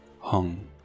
hung